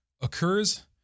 occurs